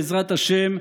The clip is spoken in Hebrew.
בעזרת השם,